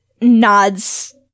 nods